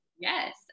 Yes